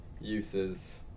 uses